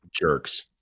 Jerks